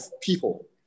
people